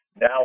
Now